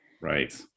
Right